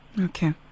Okay